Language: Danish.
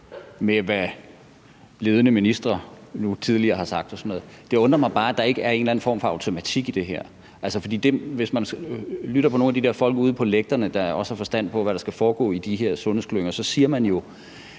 med, hvad ledende ministre tidligere har sagt og sådan noget, til side. Det undrer mig bare, at der ikke er en eller anden form for automatik i det her. For hvis man lytter til nogle af de her folk ude på lægterne, der også har forstand på, hvad der skal foregå i de her sundhedsklynger, så siger de jo,